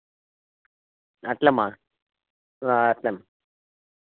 అట్లేమ్మ అట్లేమ్మ